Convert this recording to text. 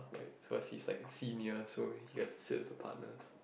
like so he's like a senior so he has to sit with the partners